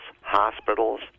hospitals